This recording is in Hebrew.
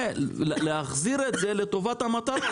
ולהחזיר את זה לטובת המטרה,